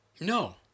No